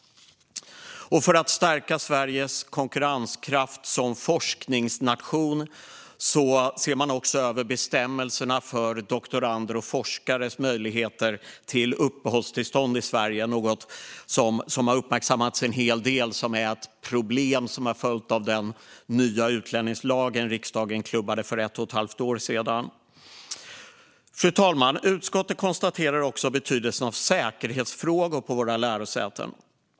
För att stärka Sveriges konkurrenskraft som forskningsnation ser man över bestämmelserna för doktoranders och forskares möjligheter till uppehållstillstånd i Sverige, något som har uppmärksammats en hel del. Det här är ett problem som följt av den nya utlänningslag som riksdagen klubbade för ett och ett halvt år sedan. Fru talman! Utskottet understryker också betydelsen av säkerhetsfrågor på våra lärosäten.